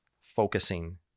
focusing